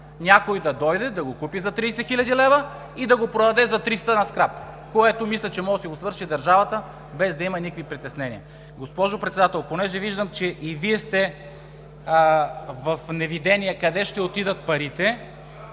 някой да дойде, да го купи за 30 хил. лв. и да го продаде за триста на скрап, което, мисля, че може да си го свърши държавата, без да има никакви притеснения. Госпожо Председател, понеже виждам, че и Вие сте в неведение къде ще отидат парите,